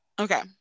Okay